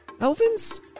Elephants